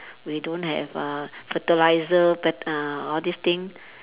we don't have uh fertiliser fert~ uh all this thing